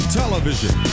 television